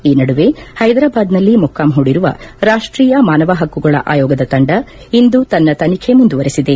ಈ ನಡುವೆ ಹೈದರಾಬಾದ್ನಲ್ಲಿ ಮೊಕ್ಕಾಂ ಹೂಡಿರುವ ರಾಷ್ಟೀಯ ಮಾನವ ಹಕ್ಕುಗಳ ಆಯೋಗದ ತಂಡ ಇಂದು ತನ್ನ ತನಿಬೆ ಮುಂದುವರೆಸಿದೆ